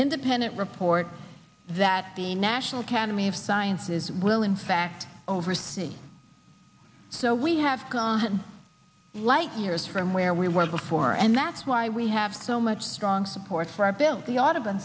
independent report that the national academy of sciences will in fact oversee so we have gotten light years from where we were before and that's why we have so much strong support for our bill the au